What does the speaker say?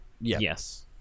Yes